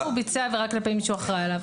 אם הוא ביצע עבירה כלפי מי שאחראי עליו,